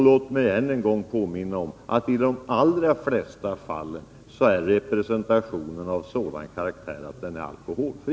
Låt mig än en gång påminna om att representationen i de allra flesta fall är alkoholfri.